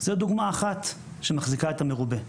זה דוגמא אחת שמחזיקה את המרובה,